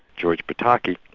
george pataki,